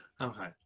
Okay